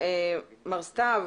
מר סתיו,